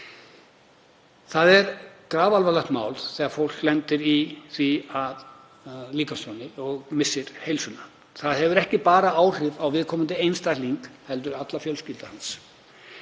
Það er grafalvarlegt mál þegar fólk lendir í líkamstjóni og missir heilsuna. Það hefur ekki bara áhrif á viðkomandi einstakling heldur alla fjölskyldu hans.